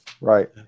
Right